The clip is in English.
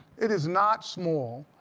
it is not small,